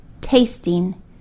tasting